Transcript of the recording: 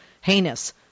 heinous